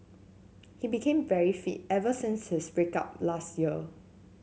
he became very fit ever since his break up last year